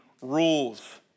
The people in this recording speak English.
rules